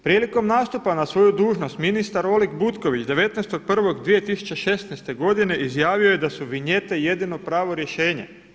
Prilikom nastupa na svoju dužnost ministar Oleg Butković 19.1.2016. godine izjavio je da su vinjete jedino pravo rješenje.